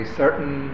certain